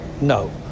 No